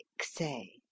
say